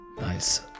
Nice